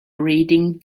reading